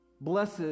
blessed